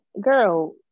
Girl